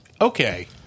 Okay